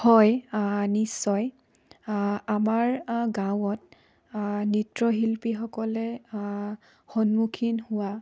হয় নিশ্চয় আমাৰ গাঁৱত নৃত্যশিল্পীসকলে সন্মুখীন হোৱা